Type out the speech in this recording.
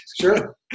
Sure